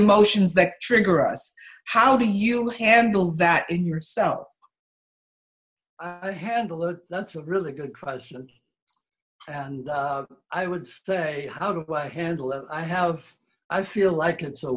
emotions that trigger us how do you handle that in yourself i handle it that's a really good question and i would stay out of play handle i have i feel like it's a